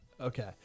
Okay